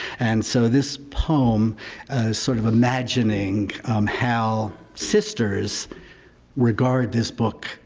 and so this poem sort of imagining how sisters regard this book,